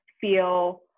feel